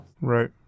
Right